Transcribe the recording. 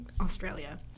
Australia